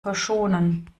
verschonen